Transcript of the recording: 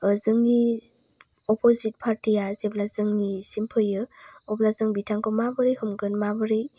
जोंनि अपजित पार्टि या जेब्ला जोंनिसिम फैयो अब्ला जों बिथांखौ माबोरै हमगोन माबोरै